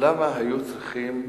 למה היו צריכים